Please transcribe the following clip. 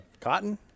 cotton